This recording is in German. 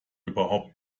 überhaupt